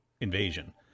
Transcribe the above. invasion